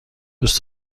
دوست